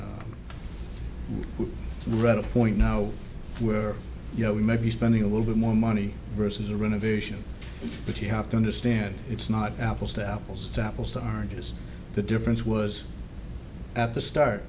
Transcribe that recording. we read a point now where you know we may be spending a little bit more money versus a renovation but you have to understand it's not apples to apples to apples to oranges the difference was at the start